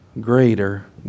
Greater